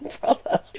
brother